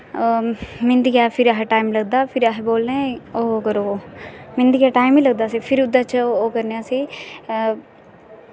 मिंदियां फिर टाईम लगदा फिर अस बोलने ओह् करो मिंदियै टाईम ही लगदा असें फिर ओह्दै च ओह् करने अस